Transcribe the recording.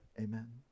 amen